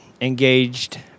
engaged